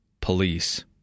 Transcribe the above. Police